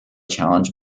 challenge